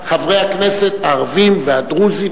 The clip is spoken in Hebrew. חברי הכנסת הערבים והדרוזים.